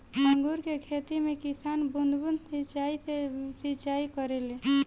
अंगूर के खेती में किसान बूंद बूंद सिंचाई से सिंचाई करेले